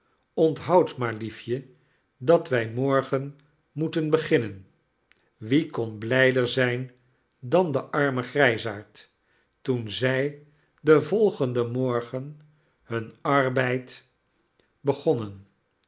onthoud maar liefje dat wij morgen moeten beginnen wie kon blijder zijn dan de arme grijsaard toen zij den volgenden morgen hun arbeid begonnen